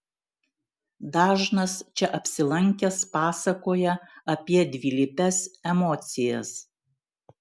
dažnas čia apsilankęs pasakoja apie dvilypes emocijas